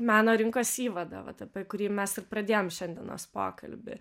meno rinkos įvadą vat apie kurį mes ir pradėjom šiandienos pokalbį